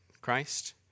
Christ